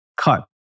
cut